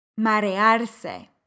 Marearse